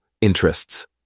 interests